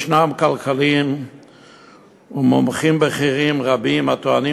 יש כלכלנים ומומחים בכירים רבים הטוענים